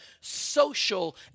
social